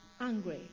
angry